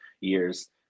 years